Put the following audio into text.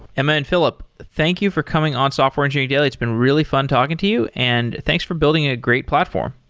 emma and philip, thank you for coming on software engineering daily. it's been really fun talking to you and thanks for building a great platform